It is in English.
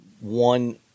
One